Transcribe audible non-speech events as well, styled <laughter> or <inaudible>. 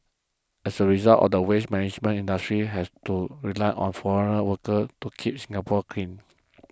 as a result <noise> the waste management industry has to rely on foreign workers to keep Singapore clean